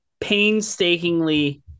painstakingly